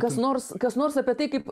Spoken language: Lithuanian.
kas nors kas nors apie tai kaip